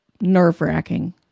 nerve-wracking